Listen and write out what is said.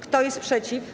Kto jest przeciw?